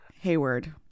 Hayward